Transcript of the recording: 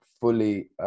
fully